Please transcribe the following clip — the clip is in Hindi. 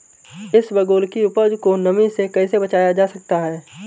इसबगोल की उपज को नमी से कैसे बचाया जा सकता है?